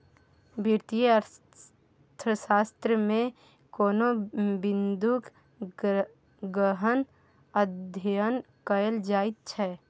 वित्तीय अर्थशास्त्रमे कोनो बिंदूक गहन अध्ययन कएल जाइत छै